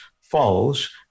falls